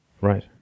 Right